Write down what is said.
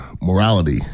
morality